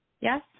Yes